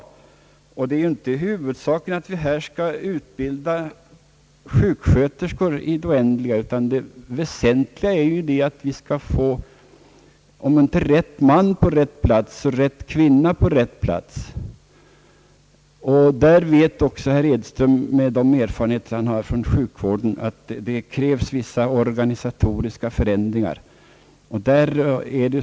Huvudsaken är ju inte att vi här skall utbilda sjuksköterskor i det oändliga, utan det väsentliga är att vi skall få om inte rätt man på rätt plats så rätt kvinna på rätt plats. Med de erfarenheter han har från sjukvården vet herr Edström att det krävs vissa organisatoriska förändringar.